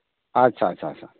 ᱟᱪᱪᱷᱟ ᱟᱪᱪᱷᱟ ᱟᱪᱪᱷᱟ